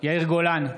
יאיר גולן,